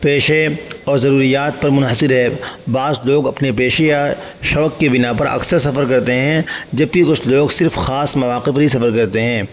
پیشے اور ضروریات پر منحصر ہے بعض لوگ اپنے بیشے یا شوق کے بنا پر اکثر سفر کرتے ہیں جبکہ کچھ لوگ صرف خاص مواقع پر ہی سفر کرتے ہیں